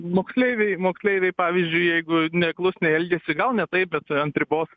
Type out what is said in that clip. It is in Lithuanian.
moksleiviai moksleiviai pavyzdžiui jeigu neklusniai elgiasi gal ne taip bet ant ribos